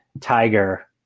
Tiger